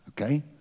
Okay